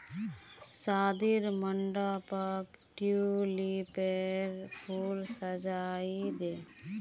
शादीर मंडपक ट्यूलिपेर फूल स सजइ दे